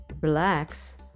Relax